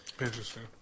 Interesting